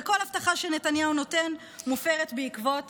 וכל הבטחה שנתניהו נותן מופרת בעקבות